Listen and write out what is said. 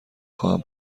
خواهم